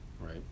right